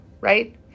Right